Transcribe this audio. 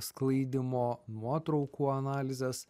sklaidymo nuotraukų analizės